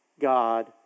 God